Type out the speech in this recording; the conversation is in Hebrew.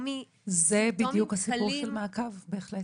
זה בדיוק הסיפור של המעקב, בהחלט.